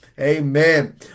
Amen